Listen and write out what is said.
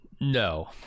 No